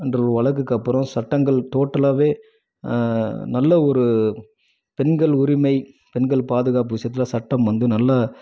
என்ற ஒரு வழக்குக்கப்புறம் சட்டங்கள் டோட்டலாகவே நல்ல ஒரு பெண்கள் உரிமை பெண்கள் பாதுகாப்பு விஷயத்தில் சட்டம் வந்து நல்ல